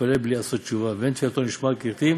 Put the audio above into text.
ומתפלל בלי לעשות תשובה, ואין תפילתו נשמעת ככתיב